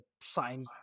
sign